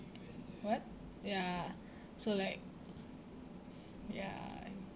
what ya so like ya